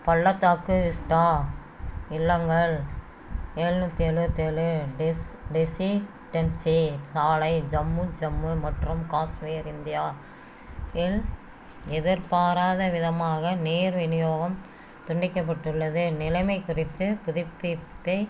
பள்ளத்தாக்கு விஸ்டா இல்லங்கள் ஏழ்நூத்தி எலுவத்தேழு டெஸ் டெஸி டென்ஸே சாலை ஜம்மு ஜம்மு மற்றும் காஷ்மீர் இந்தியா இல் எதிர்பாராத விதமாக நேர் விநியோகம் துண்டிக்கப்பட்டுள்ளது நிலைமைக் குறித்து புதுப்பிப்பை